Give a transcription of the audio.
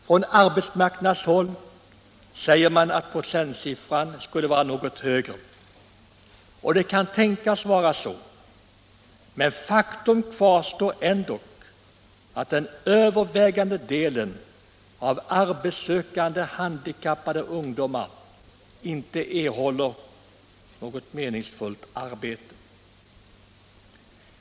Enligt arbetsmarknadsmyndigheterna skulle procentsiffran vara något högre, och det kan tänkas vara så, men faktum kvarstår att den övervägande delen av arbetssökande handikappad ungdom inte erhåller något meningsfullt arbete.